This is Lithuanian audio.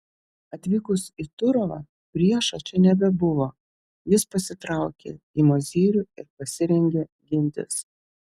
atvykus į turovą priešo čia nebebuvo jis pasitraukė į mozyrių ir pasirengė gintis